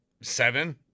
Seven